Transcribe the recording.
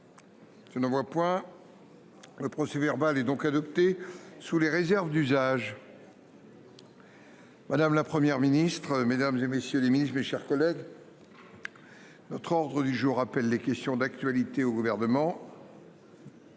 Je ne vois point. Le procès verbal est donc adopté sous les réserves d'usage. Madame, la Première ministre, mesdames et messieurs les Ministres, mes chers collègues. Notre ordre du jour appelle les questions d'actualité au gouvernement.